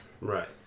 Right